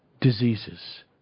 diseases